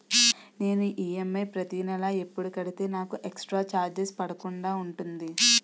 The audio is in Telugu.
నేను ఈ.ఎమ్.ఐ ప్రతి నెల ఎపుడు కడితే నాకు ఎక్స్ స్త్ర చార్జెస్ పడకుండా ఉంటుంది?